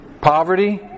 poverty